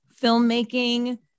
filmmaking